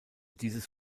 dieses